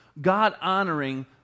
God-honoring